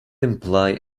imply